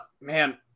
Man